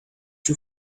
you